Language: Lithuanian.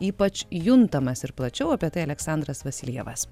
ypač juntamas ir plačiau apie tai aleksandras vasiljevas